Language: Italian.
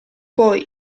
poi